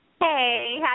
Hey